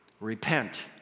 Repent